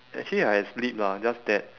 actually I had sleep lah just that